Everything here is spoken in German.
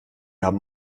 haben